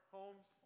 homes